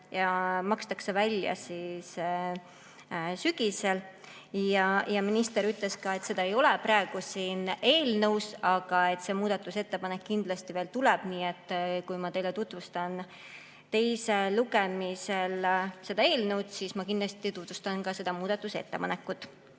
mis makstakse välja sügisel. Minister ütles ka, et seda ei ole praegu siin eelnõus, aga see muudatusettepanek kindlasti veel tuleb. Nii et kui ma teile tutvustan teisel lugemisel seda eelnõu, siis ma kindlasti tutvustan ka seda muudatusettepanekut.